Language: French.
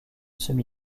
semi